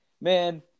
man